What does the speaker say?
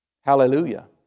Hallelujah